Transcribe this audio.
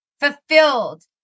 fulfilled